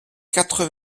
quatre